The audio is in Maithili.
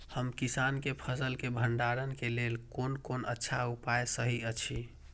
हम किसानके फसल के भंडारण के लेल कोन कोन अच्छा उपाय सहि अछि?